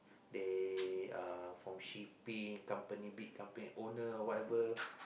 they uh from shipping company big company owner whatever